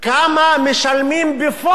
שואלים כמה משלמים בפועל,